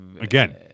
again